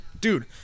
dude